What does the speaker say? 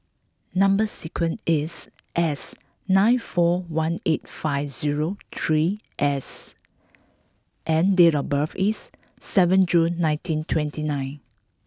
number sequence is S nine four one eight five zero three S and date of birth is seven June nineteen twenty nine